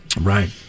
Right